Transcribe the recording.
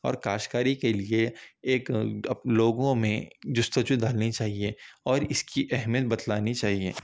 اور کاشت کاری کے لیے ایک اپ لوگوں میں جستجو ڈالنی چاہیے اور اس کی اہمیت بتلانی چاہیے